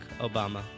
Obama